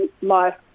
life